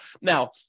Now